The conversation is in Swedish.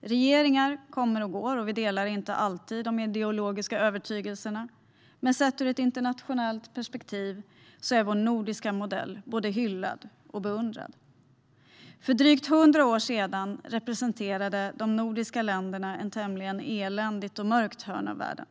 Regeringar kommer och går, och vi delar inte alltid de ideologiska övertygelserna. Men sett ur ett internationellt perspektiv är vår nordiska modell både hyllad och beundrad. För drygt hundra år sedan representerade de nordiska länderna ett tämligen eländigt och mörkt hörn av världen.